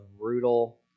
brutal